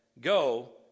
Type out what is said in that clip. Go